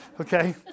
Okay